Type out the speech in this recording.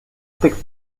texte